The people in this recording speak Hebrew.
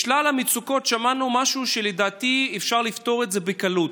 משלל המצוקות שמענו משהו שלדעתי אפשר לפתור בקלות.